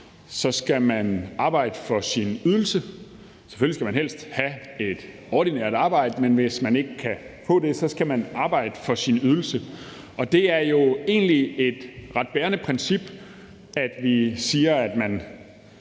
skal man arbejde for sin ydelse. Selvfølgelig skal man helst have et ordinært arbejde, men hvis man ikke kan få det, skal man arbejde for sin ydelse. Det er jo egentlig et ret bærende princip, at man